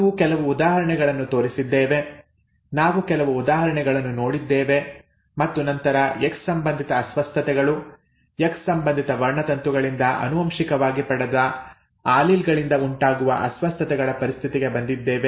ನಾವು ಕೆಲವು ಉದಾಹರಣೆಗಳನ್ನು ತೋರಿಸಿದ್ದೇವೆ ನಾವು ಕೆಲವು ಉದಾಹರಣೆಗಳನ್ನು ನೋಡಿದ್ದೇವೆ ಮತ್ತು ನಂತರ ಎಕ್ಸ್ ಸಂಬಂಧಿತ ಅಸ್ವಸ್ಥತೆಗಳು ಎಕ್ಸ್ ಸಂಬಂಧಿತ ವರ್ಣತಂತುಗಳಿಂದ ಆನುವಂಶಿಕವಾಗಿ ಪಡೆದ ಆಲೀಲ್ ಗಳಿಂದ ಉಂಟಾಗುವ ಅಸ್ವಸ್ಥತೆಗಳ ಪರಿಸ್ಥಿತಿಗೆ ಬಂದಿದ್ದೇವೆ